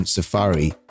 Safari